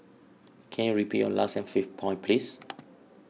can you repeat your last and fifth point please